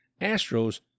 Astros